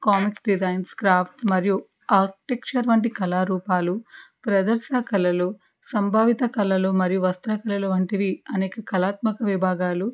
comics designs craft మరియు architecture లాంటి కళా రూపాలు ప్రదర్శన కళలు సంభావిత కళలు మరియు వస్త్ర కళలు వంటివి అనేక కళాత్మక విభాగాలు